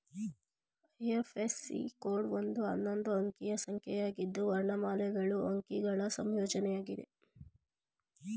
IFSC code ಒಂದು ಹನ್ನೊಂದು ಅಂಕಿಯ ಸಂಖ್ಯೆಯಾಗಿದ್ದು ವರ್ಣಮಾಲೆಗಳು ಅಂಕಿಗಳ ಸಂಯೋಜ್ನಯಾಗಿದೆ